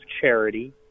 charity